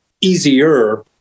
easier –